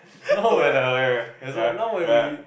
now when I that's why now when we